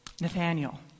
Nathaniel